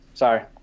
Sorry